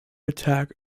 attack